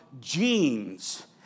genes